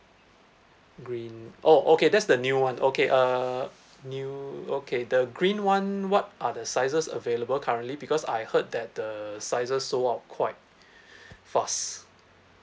green oh okay that's the new one okay uh new okay the green one what are the sizes available currently because I heard that the sizes sold out quite fast